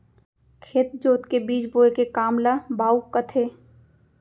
खेत जोत के बीज बोए के काम ल बाउक कथें